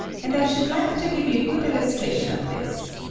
and i should like to give you a good illustration of this.